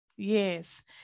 Yes